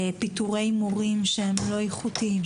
פיטורי מורים לא איכותיים,